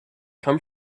come